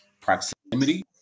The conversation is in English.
Proximity